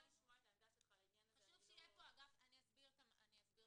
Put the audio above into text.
אני אסביר את הרציונל.